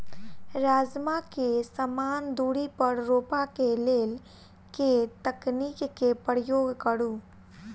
राजमा केँ समान दूरी पर रोपा केँ लेल केँ तकनीक केँ प्रयोग करू?